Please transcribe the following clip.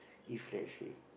if let's say